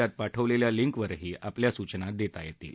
त्यात पाठवलेल्या लिंकवरही आपल्या सूचना देता येतील